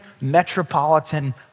metropolitan